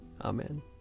Amen